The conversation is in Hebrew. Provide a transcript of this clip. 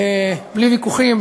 בלי ויכוחים,